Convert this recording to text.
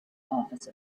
office